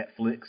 Netflix